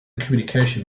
communication